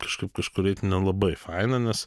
kažkaip kažkur eit nelabai faina nes